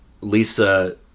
Lisa